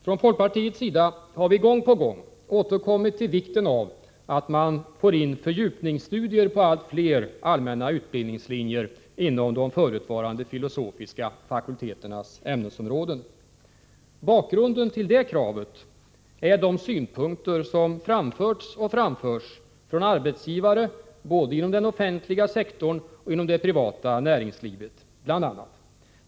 Från folkpartiets sida har vi gång på gång återkommit till vikten av att man får in fördjupningsstudier på allt fler allmänna utbildningslinjer inom de förutvarande filosofiska fakulteternas ämnesområden. Bakgrunden till det kravet är de synpunkter som framförts — och framförs — från bl.a. arbetsgivare inom den offentliga sektorn och inom det privata näringslivet.